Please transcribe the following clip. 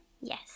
Yes